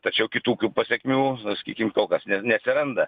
tačiau kitokių pasekmių sakykim kol kas ne neatsiranda